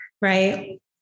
Right